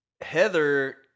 Heather